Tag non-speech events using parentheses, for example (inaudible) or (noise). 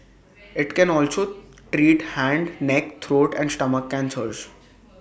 (noise) IT can also treat Head neck throat and stomach cancers (noise)